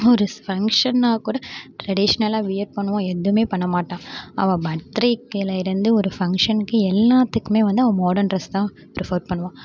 ஒரு பங்ஷன்னா கூட ட்ரெடிஷ்னலாக வியர் பண்ணுவாள் எதுவுமே பண்ண மாட்டா அவள் பர்த்டேகிலேருந்து ஒரு பங்ஷன்க்கு எல்லாத்துக்குமே அவள் வந்து மாடர்ன் டிரஸ் தான் ப்ரிப்பர் பண்ணுவாள்